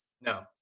no